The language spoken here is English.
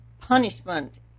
punishment